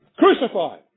crucified